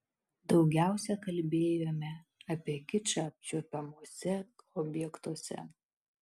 daugiausia kalbėjome apie kičą apčiuopiamuose objektuose